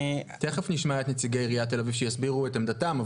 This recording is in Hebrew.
תכף נשמע את נציגי עיריית תל אביב שיסבירו את עמדתם,